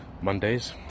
mondays